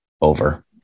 over